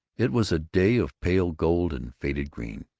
it was a day of pale gold and faded green,